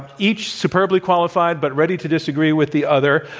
each superbly qualified but ready to disagree with the other,